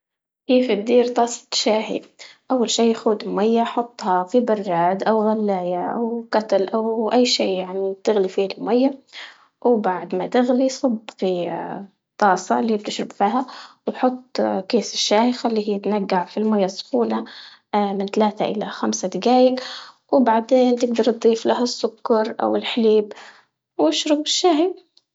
كيف تدير طاسة شاهي؟ أول شي خد مية حطها في البراد أو غلاية أو كاتل أو أي شي يعني تغلي فيه المية، وبعد ما تغلي صب في الطاسة اللي تشرب فيها وحط كيس شاهي خليه يتنقع في المية السخونة من ثلاثة إلى خمسة دقايق، وبعدين تقدر تضيف له السكر أو الحليب واشربوا الشاهي.